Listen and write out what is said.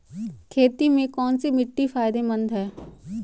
खेती में कौनसी मिट्टी फायदेमंद है?